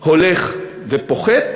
הולך ופוחת,